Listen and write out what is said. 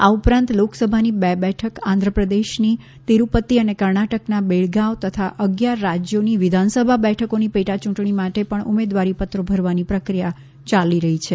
આ ઉપરાંત લોકસભાની બે બેઠક આંધ્રપ્રદેશની તિરૂપતિ અને કર્ણાટકના બેળગાવ તથા અગિયાર રાજ્યોની વિધાનસભા બેઠકોની પેટા ચૂંટણી માટે પણ ઉમેદવારીપત્રો ભરવાની પ્રક્રિયા ચાલી રહી છે